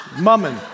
mumming